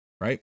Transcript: right